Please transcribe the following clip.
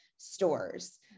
stores